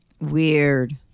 weird